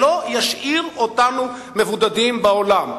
שלא ישאיר אותנו מבודדים בעולם.